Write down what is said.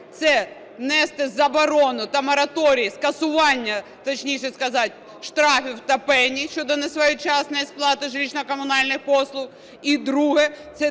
це внести заборону та мораторій скасування, точніше сказати, штрафів та пені щодо несвоєчасної сплати житлово-комунальних послуг. І друге,